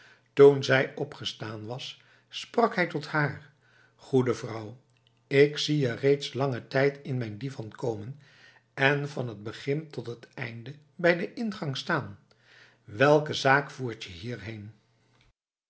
toen zij opgestaan was sprak hij tot haar goede vrouw ik zie je reeds langen tijd in mijn divan komen en van het begin tot het einde bij den ingang staan welke zaak voert je hierheen